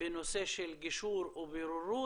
בנושא של גישור ובוררות,